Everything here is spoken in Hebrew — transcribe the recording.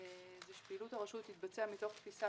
הוא שפעילות הרשות תתבצע מתוך תפיסה